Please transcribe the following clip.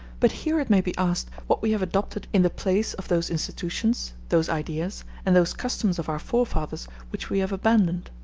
but here it may be asked what we have adopted in the place of those institutions, those ideas, and those customs of our forefathers which we have abandoned.